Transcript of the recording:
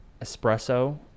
espresso